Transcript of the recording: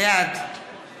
בעד